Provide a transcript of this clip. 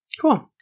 Cool